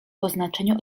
oznaczeniu